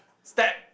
stab